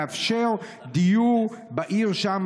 לאפשר דיור בעיר שם,